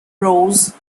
prose